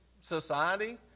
society